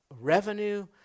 revenue